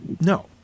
no